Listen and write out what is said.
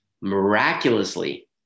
miraculously